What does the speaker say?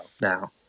now